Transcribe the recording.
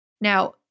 Now